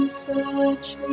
search